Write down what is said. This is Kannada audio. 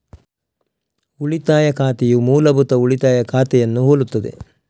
ಉಳಿತಾಯ ಖಾತೆಯು ಮೂಲಭೂತ ಉಳಿತಾಯ ಖಾತೆಯನ್ನು ಹೋಲುತ್ತದೆ